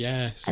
Yes